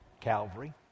Calvary